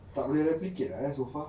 tak boleh replicate ah eh so far